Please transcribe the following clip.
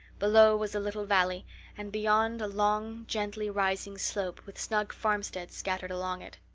below was a little valley and beyond a long, gently-rising slope with snug farmsteads scattered along it.